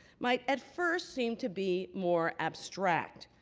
might at first seem to be more abstract.